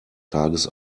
tages